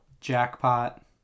Jackpot